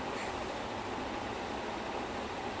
that was my that was my entire thought process that